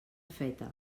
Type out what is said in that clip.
feta